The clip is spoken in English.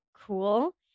cool